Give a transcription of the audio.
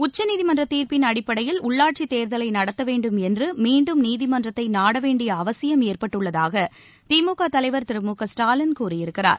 உச்சநீதிமன்ற தீர்ப்பின் அடிப்படையில் உள்ளாட்சி தேர்தலை நடத்த வேண்டும் என்று மீண்டும் நீதிமன்றத்தை நாட வேண்டிய அவசியம் ஏற்பட்டுள்ளதாக திமுக தலைவர் திரு மு க ஸ்டாலின் கூறியிருக்கிறார்